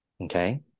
okay